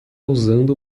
usando